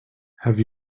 have